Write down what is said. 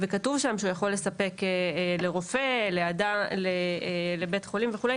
כתוב שם שהוא יכול לספק לרופא, לבית חולים וכו'.